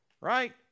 right